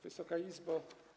Wysoka Izbo!